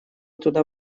туда